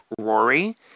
Rory